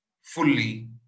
fully